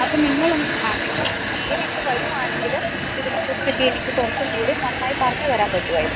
അപ്പം നിങ്ങളും ആ നിങ്ങളൊന്ന് നേരിട്ട് വരുവാണെങ്കിൽ ഇതിനെ കുറിച്ചൊക്കെ എനിക്ക് കുറച്ചും കൂടി നന്നായി പറഞ്ഞ് തരാൻ പറ്റുമായിരുന്നു